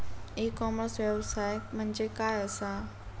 E commerce व्यवसाय म्हणजे काय असा?